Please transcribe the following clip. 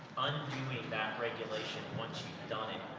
undoing that regulation, once you've done it,